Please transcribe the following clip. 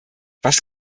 was